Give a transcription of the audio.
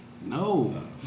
no